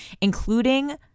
including